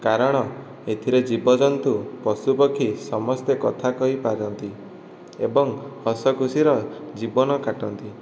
କାରଣ ଏଥିରେ ଜୀବଜନ୍ତୁ ପଶୁପକ୍ଷୀ ସମସ୍ତେ କଥା କହିପାରନ୍ତି ଏବଂ ହସଖୁସିର ଜୀବନ କାଟନ୍ତି